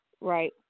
Right